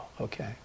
okay